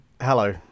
Hello